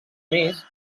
més